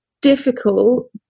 difficult